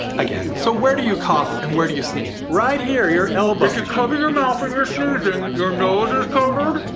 again. so where do you cough and where do you sneeze? right here. your elbow. if you cover your mouth when you're sneezing, your nose is covered